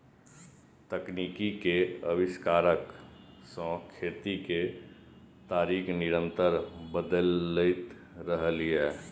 तकनीक के आविष्कार सं खेती के तरीका निरंतर बदलैत रहलैए